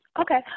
Okay